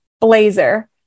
blazer